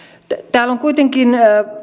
täällä on kuitenkin